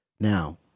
Now